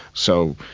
so,